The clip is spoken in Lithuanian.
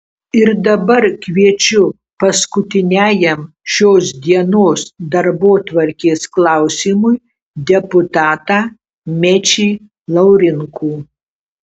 ir dabar kviečiu paskutiniajam šios dienos darbotvarkės klausimui deputatą mečį laurinkų